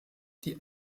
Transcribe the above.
die